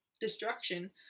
destruction